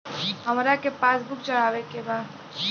हमरा के पास बुक चढ़ावे के बा?